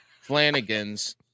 Flanagan's